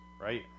right